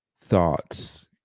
thoughts